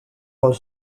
was